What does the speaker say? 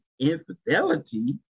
infidelity